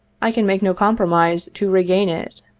i can make no compro mise to regain it.